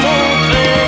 Montrer